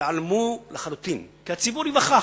ייעלמו לחלוטין, כי הציבור ייווכח,